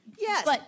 Yes